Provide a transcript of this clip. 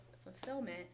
fulfillment